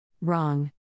wrong